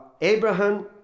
Abraham